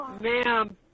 Ma'am